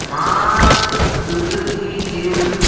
मार्गस्य दुर्गतिः एवम्